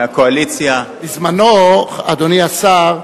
מהקואליציה אדוני השר,